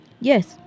Yes